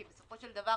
כי בסופו של דבר,